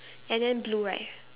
and then blue right